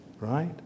right